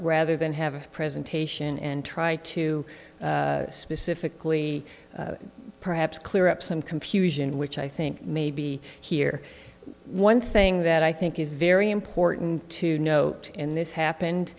rather than have a presentation and try to specifically perhaps clear up some computer in which i think may be here one thing that i think is very important to note in this happened